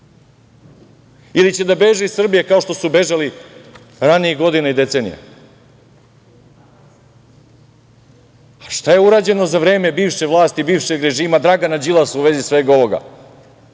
ili će da beže iz Srbije, kao što su bežali ranijih godina i decenija? Šta je urađeno za vreme bivše vlasti, bivšeg režima Dragana Đilasa u vezi svega ovoga?